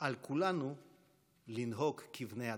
על כולנו לנהוג כבני אדם,